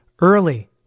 early